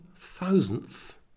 thousandth